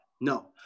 No